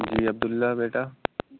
جی Abdullah بیٹا